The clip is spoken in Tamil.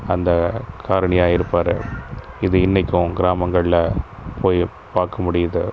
அந்த காரணியாக இருப்பார் இது இன்னைக்கும் கிராமங்களில் போய் பார்க்க முடியுது